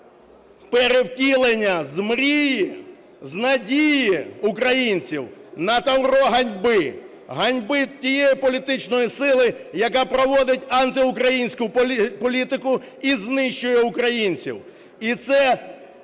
перевтілення з мрії, з надії українців на тавро ганьби. Ганьби тієї політичної сили, яка проводить антиукраїнську політику і знищує українців. І це